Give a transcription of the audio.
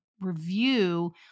review